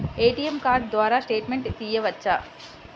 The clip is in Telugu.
ఏ.టీ.ఎం కార్డు ద్వారా స్టేట్మెంట్ తీయవచ్చా?